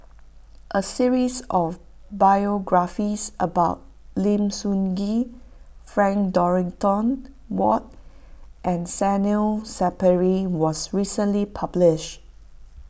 a series of biographies about Lim Sun Gee Frank Dorrington Ward and Zainal Sapari was recently publish